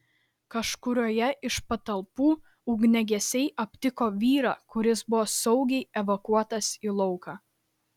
kažkurioje iš patalpų ugniagesiai aptiko vyrą kuris buvo saugiai evakuotas į lauką